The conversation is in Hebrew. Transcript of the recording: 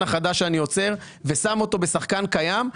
החדש שאני יוצר ושם אותו בשחקן קיים,